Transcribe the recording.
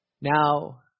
Now